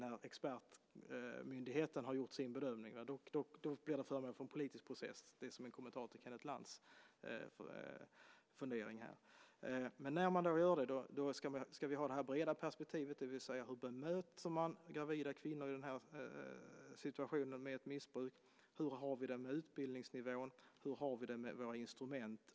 När expertmyndigheten har gjort sin bedömning blir det här föremål för en politisk process - detta som en kommentar till Kenneth Lantz fundering här. När vi gör det ska vi ha det här breda perspektivet: Hur bemöter man gravida kvinnor med ett missbruk? Hur har vi det med utbildningsnivån? Hur har vi det med våra instrument?